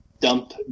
dump